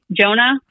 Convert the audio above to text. Jonah